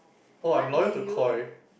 oh I am loyal to Koi